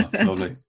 lovely